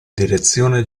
direzione